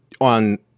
on